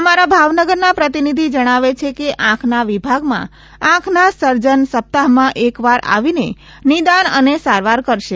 અમારા ભાવનગરના પ્રતિનિધિ જણાવે છે કે આંખના વિભાગમાં આંખના સર્જન સપ્તાહમાં એકવાર આવીને નિદાન અને સારવાર કરશે